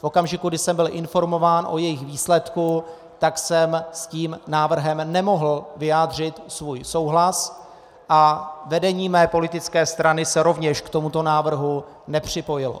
V okamžiku, kdy jsem byl informován o jejich výsledku, jsem s tím návrhem nemohl vyjádřit svůj souhlas a vedení mé politické strany se rovněž k tomuto návrhu nepřipojilo.